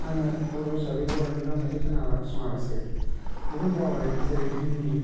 आङो बर' हिसाबै बर'निल' मेथाय खोनासङा लासे गुबुन रावारि जेरै हिन्दी